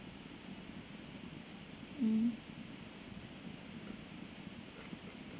um